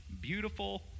beautiful